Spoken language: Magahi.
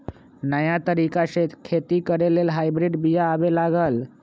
नयाँ तरिका से खेती करे लेल हाइब्रिड बिया आबे लागल